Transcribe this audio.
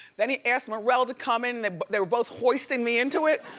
then he asked morelle to come in, and they were both hoisting me into it.